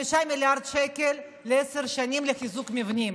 5 מיליארד שקל לעשר שנים לחיזוק מבנים,